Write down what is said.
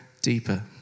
deeper